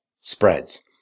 spreads